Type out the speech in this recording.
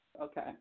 Okay